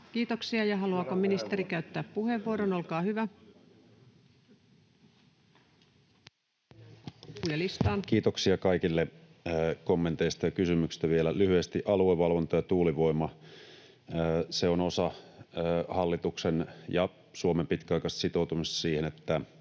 Pääluokka 27 Puolustusministeriön hallinnonala Time: 17:30 Content: Kiitoksia kaikille kommenteista ja kysymyksistä. Vielä lyhyesti aluevalvonta ja tuulivoima: Se on osa hallituksen ja Suomen pitkäaikaista sitoutumista siihen, että